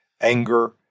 anger